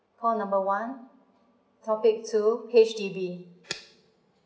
call number one topic two H_D_B